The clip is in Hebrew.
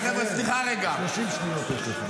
30 שניות יש לך.